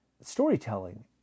storytelling